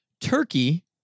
Turkey